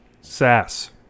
Sass